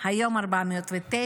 היום זה 409,